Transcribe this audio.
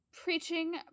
preaching